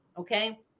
okay